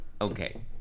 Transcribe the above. Okay